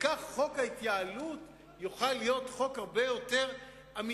וכך הדיון בחוק ההתייעלות בתוך הוועדה עצמה יוכל להיות הרבה יותר אמיתי.